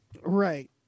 Right